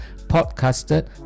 podcasted